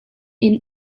inn